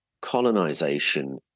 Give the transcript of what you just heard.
colonization